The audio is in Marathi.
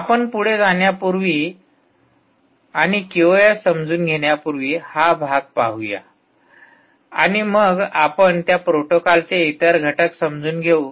आपण पुढे जाण्यापूर्वी आणि क्यूओएस समजून घेण्यापूर्वी हा भाग पाहू आणि मग आपण त्या प्रोटोकॉलचे इतर घटक समजून घेऊ